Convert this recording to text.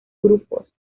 grupos